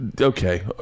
okay